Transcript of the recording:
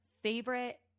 favorite